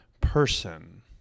person